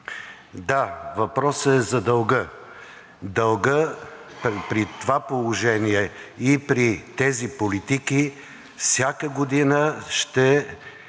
Да, въпросът е за дълга. Дългът при това положение и при тези политики всяка година ще